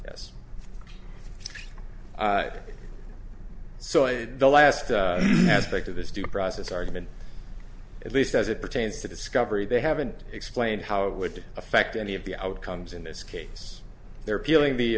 yes so the last aspect of this due process argument at least as it pertains to discovery they haven't explained how it would affect any of the outcomes in this case they're appealing the